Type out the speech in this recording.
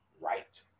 right